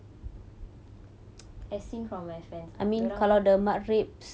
as seen from my friends dia orang